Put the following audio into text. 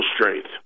strength